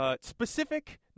specific